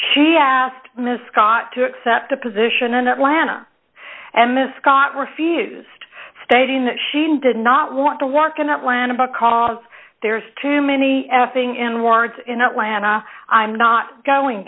she asked miss scott to accept the position in atlanta and miss scott refused stating that she did not want to work in atlanta because there's too many f ing in words in atlanta i'm not going